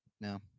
No